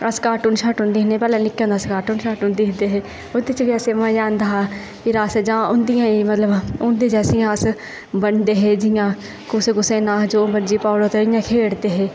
अस कॉर्टुन दिक्खनै ते पैह्लें अस कॉर्टुन दिक्खदे हे उत्त च बी असेंगी मज़ा आंदा हा ते जां भी अस उंदे जैसियां अस बनदे हे जियां कुसै कुसै दा नांऽ जो मर्जी पाई ओड़ेआ ते खेढ़दे हे